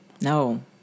no